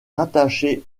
rattaché